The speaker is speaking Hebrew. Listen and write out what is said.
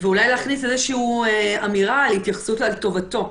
אולי להכניס איזושהי אמירה על התייחסות על טובתו.